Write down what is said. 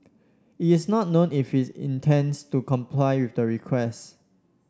it is not known if his intends to comply with the request